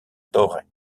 torre